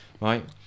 right